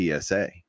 PSA